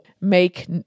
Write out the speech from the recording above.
make